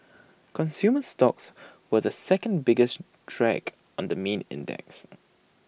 consumer stocks were the second biggest drag on the main index